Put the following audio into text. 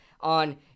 on